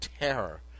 terror